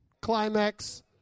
climax